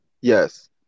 Yes